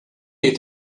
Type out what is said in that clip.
jgħid